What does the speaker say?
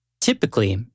Typically